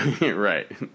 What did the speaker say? Right